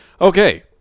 Okay